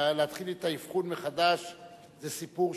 ולהתחיל את האבחון מחדש זה סיפור שלם,